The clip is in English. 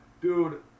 Dude